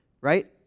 Right